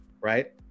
right